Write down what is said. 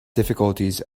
difficulties